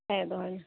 ᱦᱮᱸ ᱫᱚᱦᱚᱭ ᱢᱮ